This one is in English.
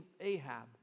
Ahab